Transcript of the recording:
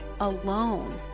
alone